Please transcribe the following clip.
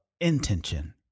intention